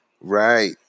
Right